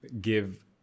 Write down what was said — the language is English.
give